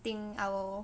I think I will